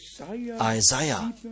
Isaiah